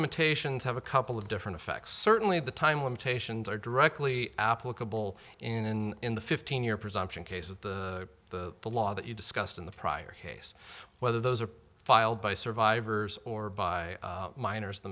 limitations have a couple of different effects certainly the time limitations are directly applicable in in the fifteen year presumption cases the the the law that you discussed in the prior heyse whether those are filed by survivors or by miners